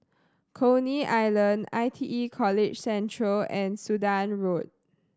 Coney Island I T E College Central and Sudan Road